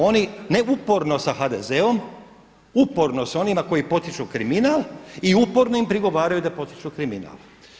Oni ne uporno sa HDZ-om, uporno s onima koji potiču kriminal i uporno im prigovaraju da potiču kriminal.